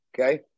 Okay